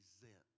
present